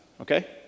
okay